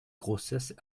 grossesses